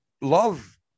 love